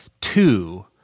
Two